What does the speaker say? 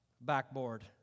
backboard